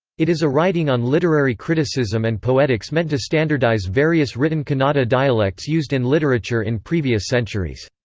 it is a writing on literary criticism and poetics meant to standardise various written kannada dialects used in literature in previous centuries.